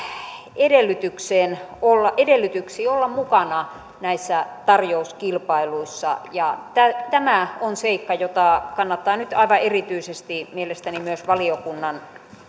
edellytyksiin olla edellytyksiin olla mukana näissä tarjouskilpailuissa tämä tämä on seikka jota kannattaa nyt aivan erityisesti mielestäni myös valiokunnan